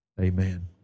Amen